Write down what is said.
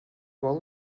вӑл